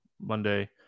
Monday